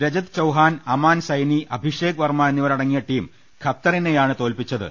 Rajat Chauhan Aman Saini Abhishek Verma എന്നിവരടങ്ങിയ team ഖത്തറിനെയാണ് തോൽപ്പിച്ചത്